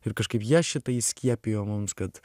ir kažkaip jie šitą įskiepijo mums kad